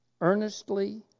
earnestly